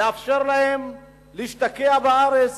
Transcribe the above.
לאפשר להם להשתקע בארץ